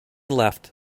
left